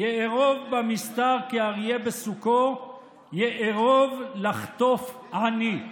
"יֶאֱרֹב בַמִסְתָר כאריה בְסֻכֹּה יארֹב לחטוף עני".